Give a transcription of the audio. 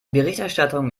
berichterstattung